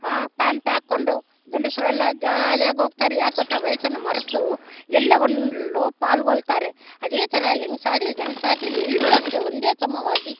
ಹಾ ಪ್ಯಾಂಟಾಕೊಂಡು ಗಂಡಸರೆಲ್ಲ ಜಾಲಿಯಾಗೋಗ್ತಾರೆ ಯಾಕೆ ಗೊತ್ತ ವಯಸ್ಸನ್ನು ಮರೆತು ಎಲ್ಲವನ್ನು ಪಾಲ್ಗೊಳ್ತಾರೆ ಅದೇ ಥರ ಹೆಂಗ್ಸಾಗ್ಲಿ ಗಂಡ್ಸಾಗ್ಲಿ ಎಲ್ಲರೂ ಅಷ್ಟೇ ಒಂದೇ ಸಮವಾಗಿ